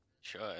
Sure